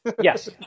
Yes